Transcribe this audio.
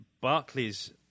Barclays